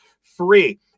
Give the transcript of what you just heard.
free